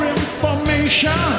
information